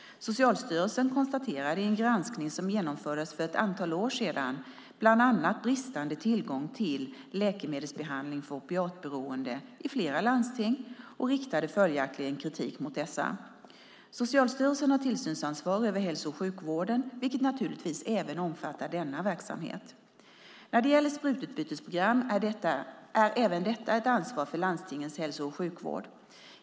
Socialstyrelsen konstaterade i en granskning som genomfördes för ett antal år sedan bland annat bristande tillgång till läkemedelsbehandling för opiatberoende i flera landsting och riktade följaktligen kritik mot dessa. Socialstyrelsen har tillsynsansvar över hälso och sjukvården, vilket naturligtvis omfattar även denna verksamhet. Även sprututbytesprogram är ett ansvar för landstingens hälso och sjukvård.